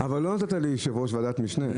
אבל לא נתת לי להיות יושב-ראש ועדת משנה.